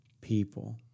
people